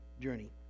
journey